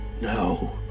No